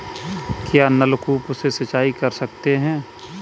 क्या नलकूप से सिंचाई कर सकते हैं?